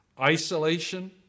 isolation